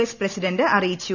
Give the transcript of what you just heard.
S president അറിയിച്ചു